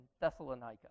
Thessalonica